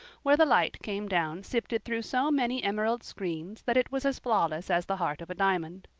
where the light came down sifted through so many emerald screens that it was as flawless as the heart of a diamond.